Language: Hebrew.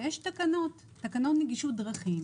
תקנות נגישות דרכים